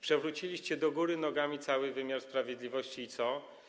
Przewróciliście do góry nogami cały wymiar sprawiedliwości i co?